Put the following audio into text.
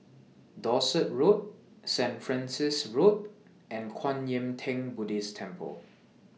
Dorset Road Saint Francis Road and Kwan Yam Theng Buddhist Temple